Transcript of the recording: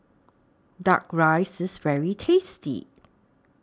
Duck Rice IS very tasty